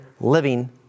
living